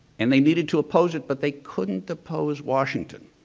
and they needed to oppose it but they couldn't oppose washington.